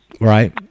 Right